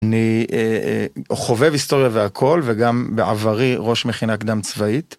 אני חובב היסטוריה והכול, וגם בעברי ראש מכינה קדם צבאית.